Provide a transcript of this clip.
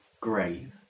grave